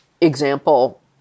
example